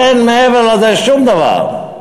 אין מעבר לזה שום דבר.